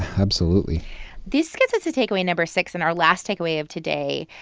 absolutely this gets us to takeaway number six and our last takeaway of today.